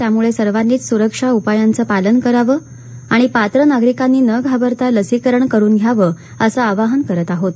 त्यामुळे सर्वांनीच सुरक्षा उपायांचं पालन करावं आणि पात्र नागरिकांनी न घाबरता लसीकरण करून घ्यावं असं आवाहन करत आहोत